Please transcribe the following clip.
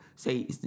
Say